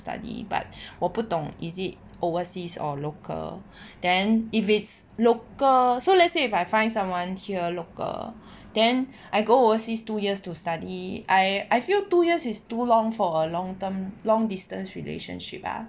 study but 我不懂 is it overseas or local then if it's local so let's say if I find someone here local then I go overseas two years to study I I feel two years is too long for a long term long distance relationship ah